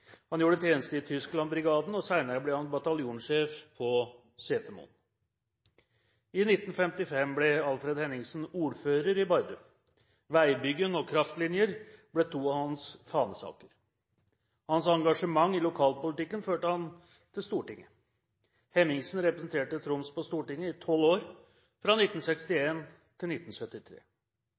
Han gjorde tjeneste i Tysklandsbrigaden, og senere ble han bataljonssjef på Setermoen. I 1955 ble Alfred Henningsen ordfører i Bardu. Veibygging og kraftlinjer ble to av hans fanesaker. Hans engasjement i lokalpolitikken førte ham til Stortinget. Henningsen representerte Troms på Stortinget i 12 år, fra 1961 til 1973.